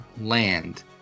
land